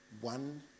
one